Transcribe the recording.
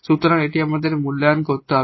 সুতরাং এটি আমাদের মূল্যায়ন করতে হবে